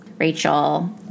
Rachel